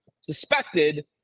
suspected